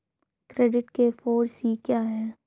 Credit के four C क्या हैं?